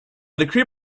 decree